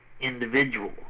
individual